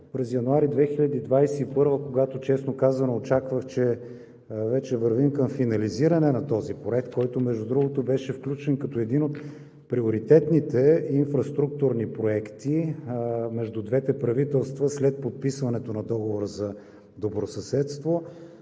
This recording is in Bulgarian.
през януари 2021 г., когато, честно казано, очаквах, че вече вървим към финализиране на този проект, който, между другото, беше включен като един от приоритетните инфраструктурни проекти между двете правителства след подписването на Договора за добросъседство,